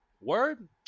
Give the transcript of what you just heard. Word